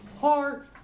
heart